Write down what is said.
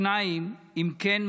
2. אם כן,